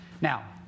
Now